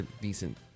decent